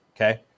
okay